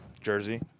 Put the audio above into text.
Jersey